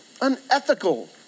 unethical